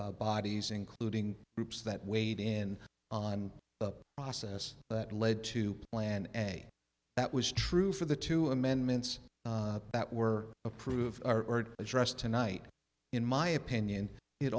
bodies including groups that weighed in on the process that led to plan a that was true for the two amendments that were approved are addressed tonight in my opinion it